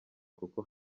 kuko